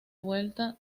vuelta